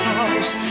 house